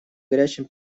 горячем